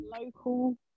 local